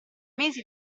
mesi